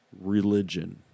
religion